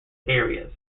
areas